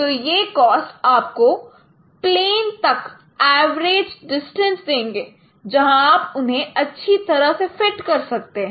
तो यह कॉस्टआपको प्लेन तक एवरेज डिस्टेंस देंगे जहां आप उन्हें अच्छे तरह से फिट कर सकते है